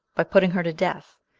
by putting her to death,